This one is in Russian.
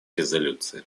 резолюции